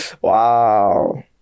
Wow